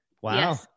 Wow